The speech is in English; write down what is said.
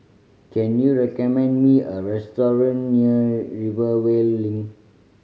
can you recommend me a restaurant near Rivervale Link